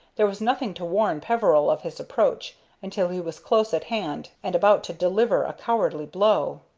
there was nothing to warn peveril of his approach until he was close at hand and about to deliver a cowardly blow.